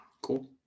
Cool